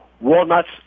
walnuts